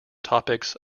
topics